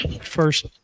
First